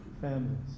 families